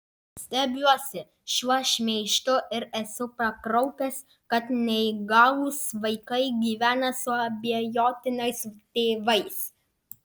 stebiuosi šiuo šmeižtu ir esu pakraupęs kad neįgalūs vaikai gyvena su abejotinais tėvais